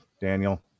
Daniel